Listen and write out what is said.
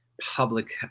public